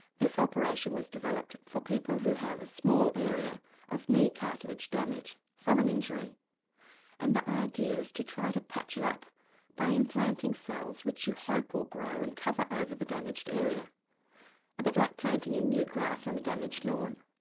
this operation was developed for people who have a small area of knee cartilage damage from an injury and the idea is to try and patch it up by implanting cells which you hope will grow and cover over the damaged area a bit like planting and new grass on a damaged lawn.